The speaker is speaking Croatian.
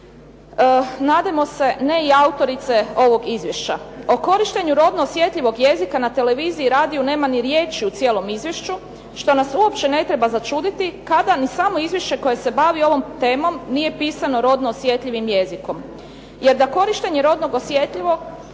nadajmo se ne i autorice ovog izvješća, o korištenju rodno osjetljivog jezika na televiziji i radiju nema ni riječi u cijelom izvješću što nas uopće ne treba začuditi kada ni samo izvješće koje se bavi ovom temom nije pisano rodno osjetljivim jezikom. Jer da korištenje rodno osjetljivog